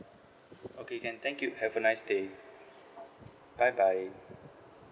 okay can thank you have a nice day bye bye